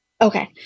Okay